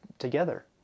together